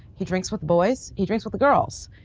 he drinks with boys. he drinks with the girls.